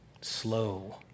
slow